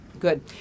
good